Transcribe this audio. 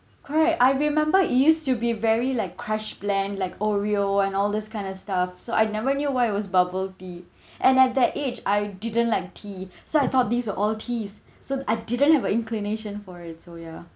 correct I remember it used to be very like crush blend like Oreo and all this kind of stuff so I'd never knew why it was bubble tea and at that age I didn't like tea so I thought these are all teas so I didn't have a inclination for it so ya